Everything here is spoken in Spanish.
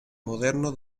moderno